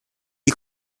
die